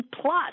plus